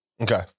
Okay